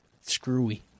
Screwy